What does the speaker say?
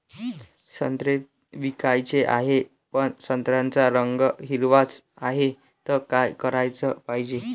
संत्रे विकाचे हाये, पन संत्र्याचा रंग हिरवाच हाये, त का कराच पायजे?